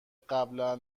قبلا